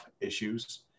issues